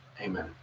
Amen